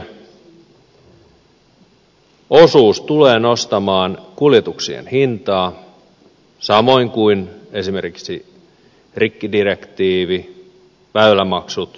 maksujen osuus tulee nostamaan kuljetuksien hintaa samoin kuin esimerkiksi rikkidirektiivi väylämaksut luotsausmaksut